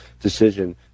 decision